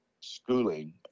schooling